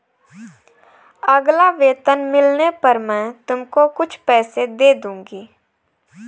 अगला वेतन मिलने पर मैं तुमको कुछ पैसे दे दूँगी